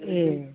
ए